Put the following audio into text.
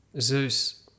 Zeus